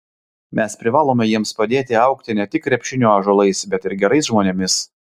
mes privalome jiems padėti augti ne tik krepšinio ąžuolais bet ir gerais žmonėmis